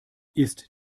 ist